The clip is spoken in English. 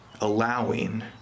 allowing